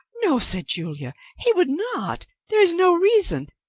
no, said julia. he would not. there is no reason.